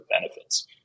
benefits